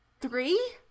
three